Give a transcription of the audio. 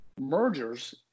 Mergers